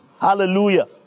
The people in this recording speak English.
Hallelujah